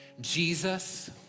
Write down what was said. Jesus